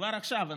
כבר עכשיו,